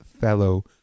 fellow